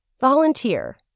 Volunteer